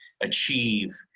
achieve